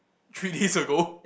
three days ago